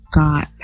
got